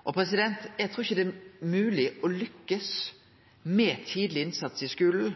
Eg trur ikkje det er mogleg å lykkast med tidleg innsats i skulen